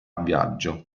viaggio